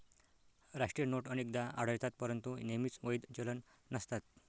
राष्ट्रीय नोट अनेकदा आढळतात परंतु नेहमीच वैध चलन नसतात